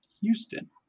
Houston